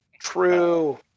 True